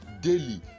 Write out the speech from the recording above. daily